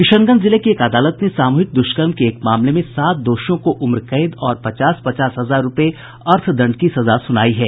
किशनगंज जिले की एक अदालत ने सामूहिक दूष्कर्म के एक मामले में सात दोषियों को उम्रकैद और पचास पचास हजार रूपये अर्थदंड की सजा सुनायी है